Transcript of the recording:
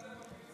המפגינים.